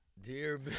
Dear